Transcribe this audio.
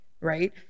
right